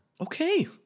Okay